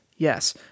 Yes